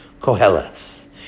Kohelas